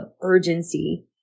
urgency